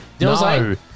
No